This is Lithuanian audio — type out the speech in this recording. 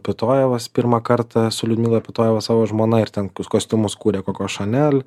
pitojevas pirmą kartą su liudmila pitojeva savo žmona ir ten kostiumus kūrė koko šanel